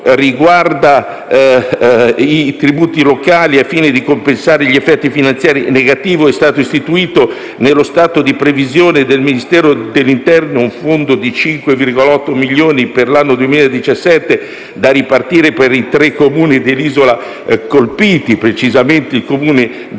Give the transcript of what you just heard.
riguarda i tributi locali, al fine di compensare gli effetti finanziari negativi, è stato istituito, nello stato di previsione del Ministero dell'interno, un fondo di 5,8 milioni di euro per l'anno 2017, da ripartire per i tre Comuni dell'isola colpiti, precisamente i Comuni di